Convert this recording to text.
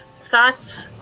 Thoughts